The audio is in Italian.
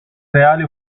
reali